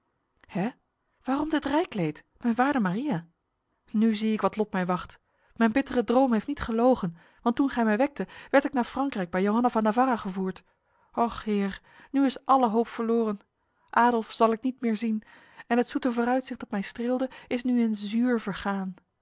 waarom dit rijkleed mijn waarde maria nu zie ik wat lot mij wacht mijn bittere droom heeft niet gelogen want toen gij mij wekte werd ik naar frankrijk bij johanna van navarra gevoerd och heer nu is alle hoop verloren adolf zal ik niet meer zien en het zoete vooruitzicht dat mij streelde is nu in zuur vergaan